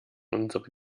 unsere